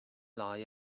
lie